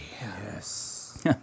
Yes